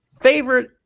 favorite